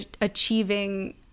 achieving